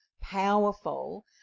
powerful